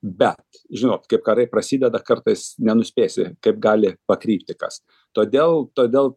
bet žinot kaip karai prasideda kartais nenuspėsi kaip gali pakrypti tas todėl todėl